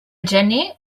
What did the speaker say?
gener